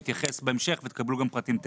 הוא יתייחס בהמשך ותקבלו גם פרטים טכניים.